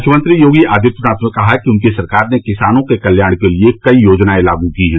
मुख्यमंत्री योगी आदित्यनाथ ने कहा कि उनकी सरकार ने किसानों के कल्याण के लिये कई योजनाएं लागू की हैं